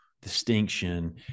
distinction